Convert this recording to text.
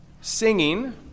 Singing